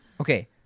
okay